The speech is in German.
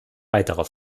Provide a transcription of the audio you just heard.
weiterer